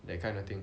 that kind of thing